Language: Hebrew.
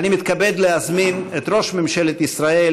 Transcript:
אני מתכבד להזמין את ראש ממשלת ישראל